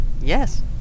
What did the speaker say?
Yes